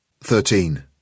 thirteen